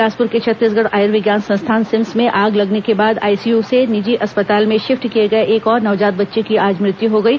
बिलासपुर के छत्तीसगढ़ आयुर्विज्ञान संस्थान सिम्स में आग लगने के बाद आईसीयू से निजी अस्पताल में शिफ्ट किए गए एक और नवजात बच्चे की आज मृत्यु हो गई है